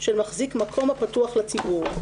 של מחזיק מקום הפתוח לציבור.